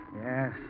Yes